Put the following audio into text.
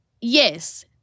yes